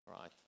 Right